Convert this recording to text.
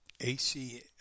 AC